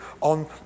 on